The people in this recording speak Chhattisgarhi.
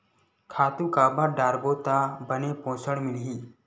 खातु काबर डारबो त बने पोषण मिलही?